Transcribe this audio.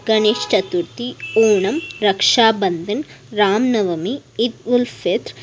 Ganesha Chaturthi Onam Raksha Bandhan Rama Navami Eid ul Fitr